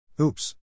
Oops